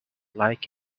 like